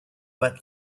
but